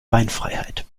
beinfreiheit